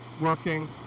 working